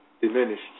diminished